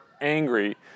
angry